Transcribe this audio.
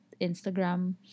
instagram